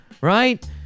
right